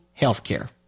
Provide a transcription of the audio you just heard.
Healthcare